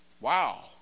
Wow